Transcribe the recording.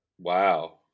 wow